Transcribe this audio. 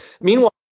meanwhile